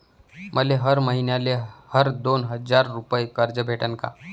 मले हर मईन्याले हर दोन हजार रुपये कर्ज भेटन का?